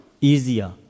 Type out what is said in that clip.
easier